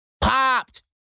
Popped